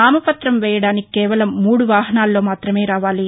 nomination వేయడానికి కేవలం మూడు వాహనాలల్లో మాత్రమే రావాలి